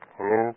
Hello